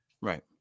Right